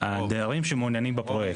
הדיירים שמעוניינים בפרויקט.